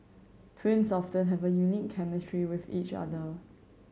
twins often have a unique chemistry with each other